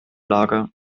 lager